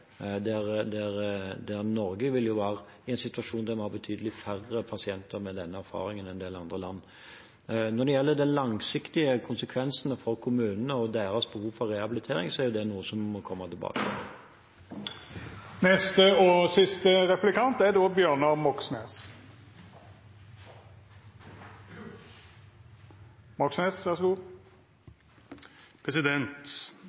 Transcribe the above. i en situasjon der Norge har betydelig færre pasienter med denne erfaringen enn en del andre land har. Når det gjelder de langsiktige konsekvensene for kommunene og deres behov for rehabilitering, er det noe vi må komme tilbake